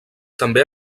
també